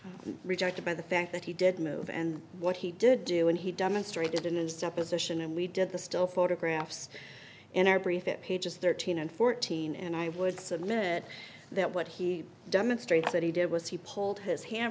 rejected by the fact that he did move and what he did do and he demonstrated in his deposition and we did the still photographs in our briefing pages thirteen and fourteen and i would submit that what he demonstrates that he did was he pulled his hand